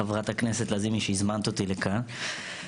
חברת הכנסת שהזמנת אותי לכאן,